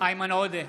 איימן עודה,